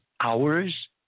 hours